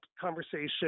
conversation